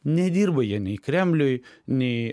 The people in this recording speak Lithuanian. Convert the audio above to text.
nedirba jie nei kremliui nei